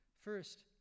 First